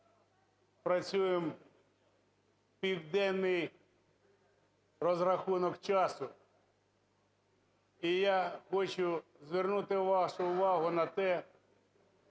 працюємо південний розрахунок часу. І я хочу звернути вашу увагу на те,